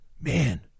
man